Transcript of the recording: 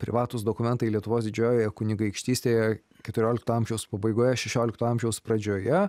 privatūs dokumentai lietuvos didžiojoje kunigaikštystėje keturiolikto amžiaus pabaigoje šešiolikto amžiaus pradžioje